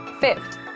Fifth